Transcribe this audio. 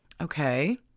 Okay